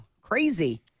Crazy